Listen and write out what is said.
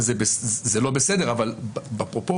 זה לא בסדר אבל בפרופורציות,